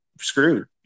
screwed